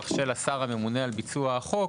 לוועדת הכלכלה של השר הממונה על ביצוע החוק,